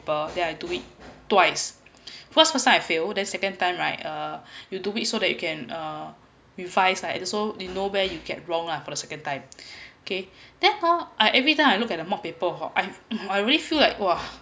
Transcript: paper then I do it twice first of course I failed then second time right uh you do it so that you can uh revise right just so you know where you get wrong lah for the second time okay therefore I everytime I look at mock paper hor I I really feel like !wah!